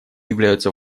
являются